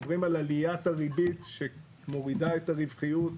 מדברים על עליית הריבית שמורידה את הרווחיות,